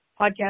podcast